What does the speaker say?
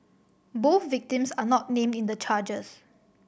both victims are not named in the charges